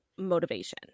motivation